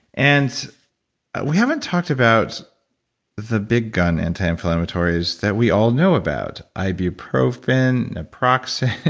and we haven't talked about the big gun antiinflammatories that we all know about ibuprofen, naproxen,